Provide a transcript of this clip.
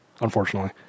unfortunately